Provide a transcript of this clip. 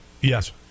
yes